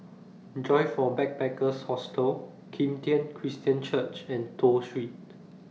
Joyfor Backpackers' Hostel Kim Tian Christian Church and Toh Street